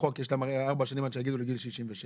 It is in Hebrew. בחוק הרי יש להן ארבע שנים עד שיגיעו לגיל 67,